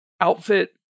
Outfit